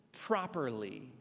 properly